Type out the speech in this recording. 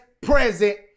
present